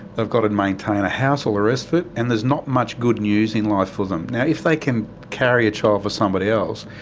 they've got to maintain a house, all the rest of it, and there's not much good news in life for them. yeah if they can carry a child for somebody else,